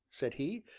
said he,